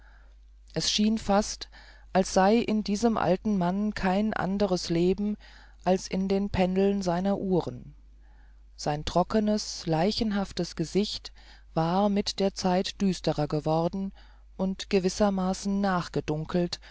es schien fast als sei in diesem alten mann kein anderes leben als in den pendeln seiner uhren sein trockenes leichenhaftes gesicht war mit der zeit düsterer geworden und gewissermaßen